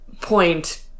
point